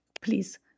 Please